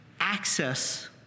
access